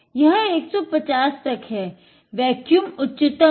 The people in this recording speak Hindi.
यह 150 तक है वेक्यूम उच्चतम है